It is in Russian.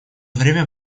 время